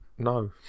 no